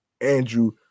andrew